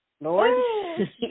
Lord